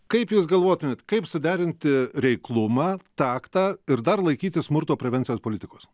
kaip jūs galvotumėt kaip suderinti reiklumą taktą ir dar laikytis smurto prevencijos politikos